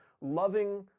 loving